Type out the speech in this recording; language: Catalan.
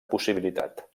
possibilitat